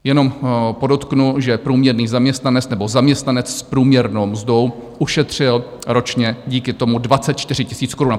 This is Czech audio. Jenom podotknu, že průměrný zaměstnanec nebo zaměstnanec s průměrnou mzdou ušetřil ročně díky tomu 24 000 korun.